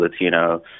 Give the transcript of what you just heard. Latino